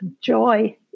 joy